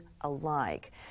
alike